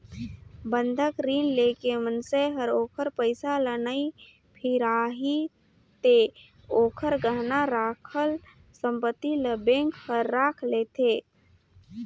बंधक रीन लेके मइनसे हर ओखर पइसा ल नइ फिराही ते ओखर गहना राखल संपति ल बेंक हर राख लेथें